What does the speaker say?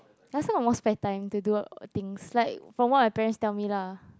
last time got more spare time to do things like from what my parents tell me lah